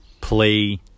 play